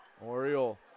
Oriole